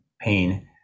pain